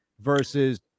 versus